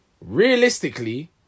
realistically